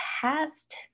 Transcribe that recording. past